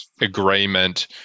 agreement